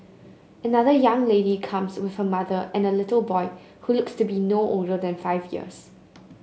another young lady comes with her mother and a little boy who looks to be no older than five years